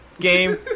game